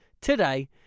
today